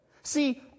See